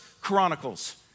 Chronicles